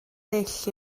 ddull